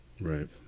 Right